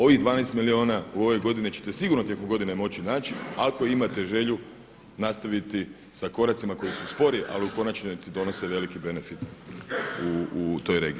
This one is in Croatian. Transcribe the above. Ovih 12 milijuna u ovoj godini ćete sigurno tijekom godine moći naći ako imate želju nastaviti sa koracima koji su spori, ali u konačnici donose veliki benefit u toj regiji.